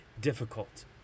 difficult